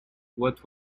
what